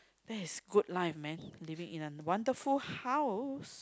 that is good life man living in a wonderful house